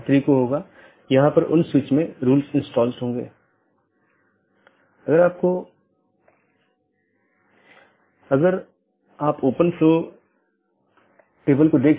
4 जीवित रखें मेसेज यह निर्धारित करता है कि क्या सहकर्मी उपलब्ध हैं या नहीं